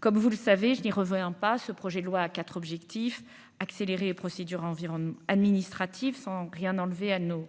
comme vous le savez je dis revoyant pas ce projet de loi à quatre objectifs, accélérer les procédures environ administrative, sans rien enlever anneaux